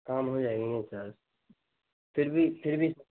کام ہو جائیں گے سر پھر بھی پھر بھی